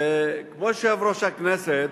כמו יושב-ראש הכנסת,